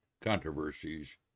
controversies